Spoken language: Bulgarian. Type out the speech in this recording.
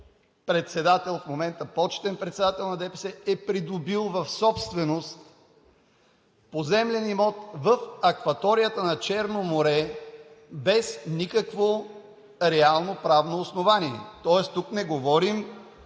председател, в момента почетен председател на ДПС, е придобил собственост на поземлен имот в акваторията на Черно море без никакво реално правно основание. Тоест тук не говорим